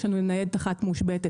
יש לנו ניידת אחת מושבתת.